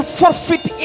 forfeit